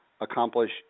accomplish